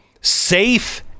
safe